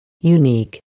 Unique